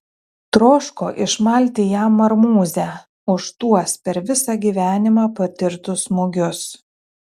troško išmalti jam marmūzę už tuos per visą gyvenimą patirtus smūgius